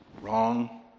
wrong